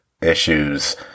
issues